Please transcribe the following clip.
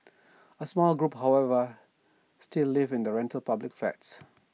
A small group however still live in rental public flats